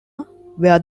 where